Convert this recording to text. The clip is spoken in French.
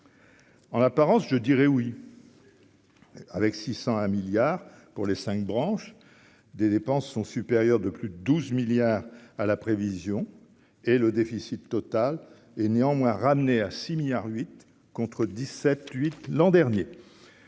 En apparence, je dirais oui. Avec 601 milliards pour les 5 branches des dépenses sont supérieurs de plus de 12 milliards à la prévision et le déficit total est néanmoins ramené à 6 milliards 8 contre 17 8 l'an dernier